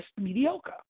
mediocre